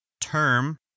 term